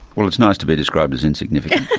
well, it's nice to be described as insignificant!